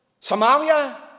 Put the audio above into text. Somalia